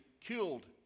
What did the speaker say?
killed